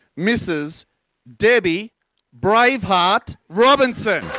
mrs debbie braveheart robinson!